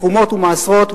תרומות ומעשרות,